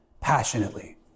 passionately